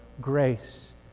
grace